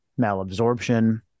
malabsorption